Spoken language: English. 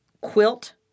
quilt